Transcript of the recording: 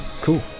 cool